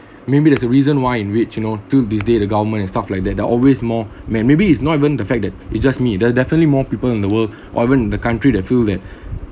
maybe that's the reason why in reach you know still this day the government and stuff like that they're always more ma~ maybe it's not even the fact that it just meet they're definitely more people in the world or even in the country that feel that